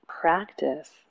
practice